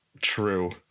True